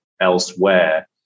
elsewhere